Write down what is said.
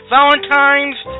Valentine's